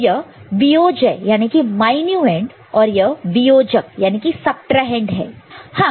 तो यह वियोज्य मायन्यूहैंड minuend और यह वियोजक सबट्राहैंड subtrahend है